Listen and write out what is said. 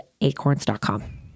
acorns.com